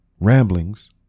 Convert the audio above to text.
ramblings